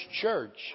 church